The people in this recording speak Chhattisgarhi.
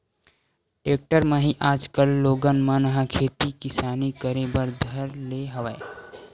टेक्टर म ही आजकल लोगन मन ह खेती किसानी करे बर धर ले हवय